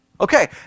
Okay